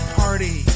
party